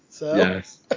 Yes